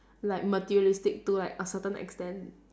like materialistic to like a certain extent